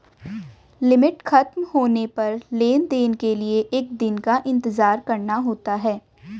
limit खत्म होने पर लेन देन के लिए एक दिन का इंतजार करना होता है